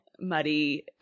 muddy